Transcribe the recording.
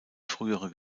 frühere